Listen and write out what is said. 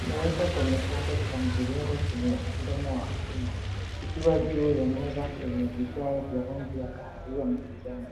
umewekwa kwenye chombo cha mviringo chenye mdomo wa chuma kikiwa juu ya meza yenye vigae vya rangi ya kahawia na kijani.